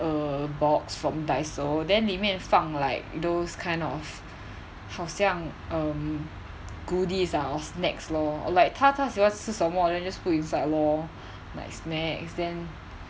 a box from Daiso then 里面放 like those kind of 好像 um goodies ah or snacks lor like 她她喜欢吃什么 then just put inside lor like snacks then